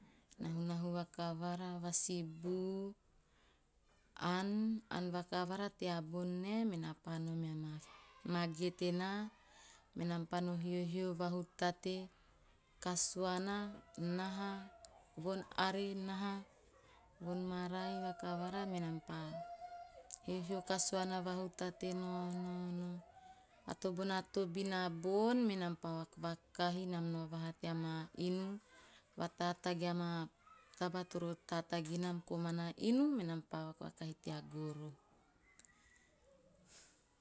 Nahunahu vasibu, ann. Ann vakavara, tea bon nae menaa pa nao me mage tenaa. Menam pa no hiohio vahutate kasuana, naha, von are naha, von marai vakavara menam pa hiohio kasuana vahutate nao -, ato bona tobina bon menam pa vakvakahi. Nam nao vaha tea maa inu, vatatagi amaa taba toro tatagi nam komana inu menam pa vak`vakahi tea gorohe.